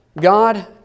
God